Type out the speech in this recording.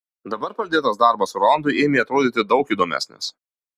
dabar pradėtas darbas rolandui ėmė atrodyti daug įdomesnis